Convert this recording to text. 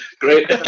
Great